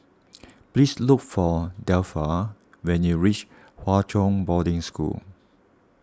please look for Delpha when you reach Hwa Chong Boarding School